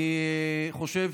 אני חושב,